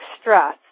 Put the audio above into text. stress